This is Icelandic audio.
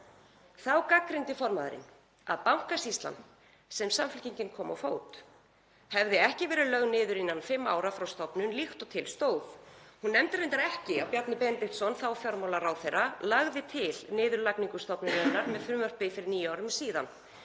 Þá gagnrýndi formaðurinn að Bankasýslan, sem Samfylkingin kom á fót, hefði ekki verið lögð niður innan fimm ára frá stofnun líkt og til stóð. Hún nefndi reyndar ekki að Bjarni Benediktsson, þá fjármálaráðherra, lagði til niðurlagningu stofnunarinnar með frumvarpi fyrir níu árum síðan.